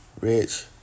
Rich